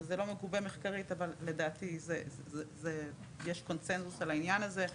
וזה לא מגובה מחקרית אבל לדעתי יש קונצנזוס על העניין הזה.